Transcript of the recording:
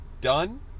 done